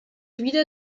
wieder